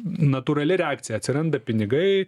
natūrali reakcija atsiranda pinigai